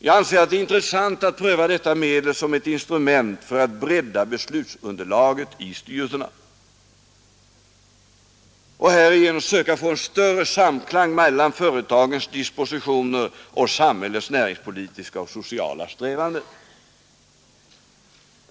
Jag anser att det är intressant att pröva detta medel som ett instrument för att bredda beslutsunderlaget i styrelserna och härigenom söka få större samklang mellan företagens dispositioner och samhällets näringspolitiska och sociala strävanden.